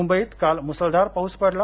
मुंबईत काल मुसळधार पाऊस पडला